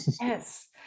Yes